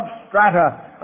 substrata